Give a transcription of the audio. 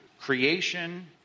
creation